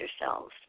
yourselves